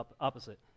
opposite